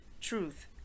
truth